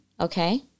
Okay